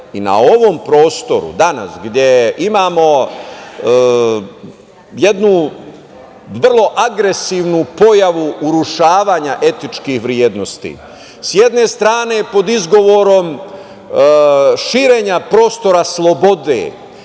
i na ovom prostoru danas gde imamo jednu vrlo agresivnu pojavu urušavanja etičkih vrednosti. S jedne strane, pod izgovorom širenja prostora slobode,